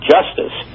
Justice